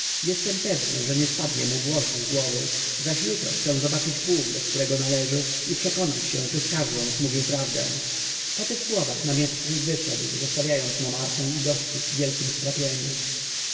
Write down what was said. jestem pewny że nie spadnie mu włos z głowy zaś jutro chcę zobaczyć pułk do którego należy i przekonać się czy skarżący mówił prawdę po tych słowach namiestnik wyszedł zostawiając nomarchę i gości w wielkiem strapieniu